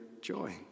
joy